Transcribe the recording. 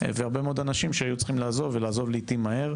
והרבה מאוד אנשים שהיו צריכים לעזוב ולעזוב לעיתים מהר,